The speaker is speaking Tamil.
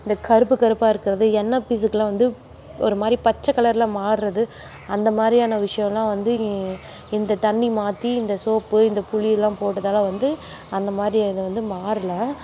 இந்த கருப்பு கருப்பாக இருக்கிறது எண்ணெய் பிசுக்கில் வந்து ஒரு மாதிரி பச்சை கலரில் மாறுறது அந்த மாதிரியான விஷயமெலாம் வந்து இந்த தண்ணி மாற்றி இந்த சோப்பு இந்த புளியெலாம் போட்டதால் வந்து அந்த மாதிரி இது வந்து மாறலை